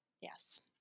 Yes